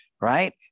right